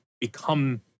become